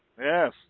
Yes